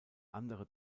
andere